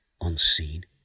unseen